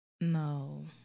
No